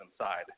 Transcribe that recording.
inside